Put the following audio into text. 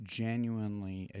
genuinely